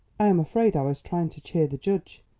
i am afraid i was trying to cheer the judge,